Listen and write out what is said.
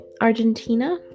Argentina